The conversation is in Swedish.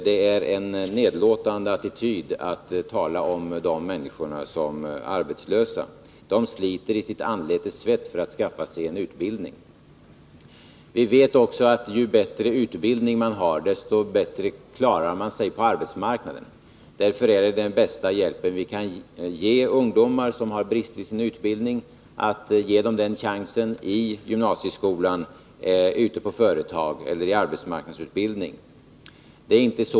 Det är en nedlåtande attityd att tala om de människorna som arbetslösa. De sliter i sitt anletes svett för att skaffa sig en utbildning. Vi vet också att ju bättre utbildning man har, desto bättre klarar man sig på arbetsmarknaden. Därför är den bästa hjälp vi kan ge ungdomar som har brister i sin utbildning att ge dem chansen till bättre utbildning i gymnasieskolan, ute på företag eller i arbetsmarknadsutbildning.